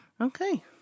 Okay